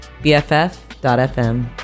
bff.fm